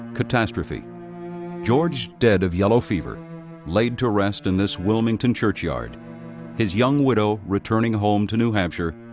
catastrophe george, dead of yellow fever laid to rest in this wilmington churchyard his young widow returning home to new hampshire,